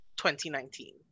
2019